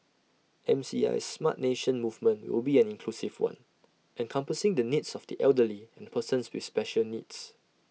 M C I's Smart Nation movement will be an inclusive one encompassing the needs of the elderly and persons with special needs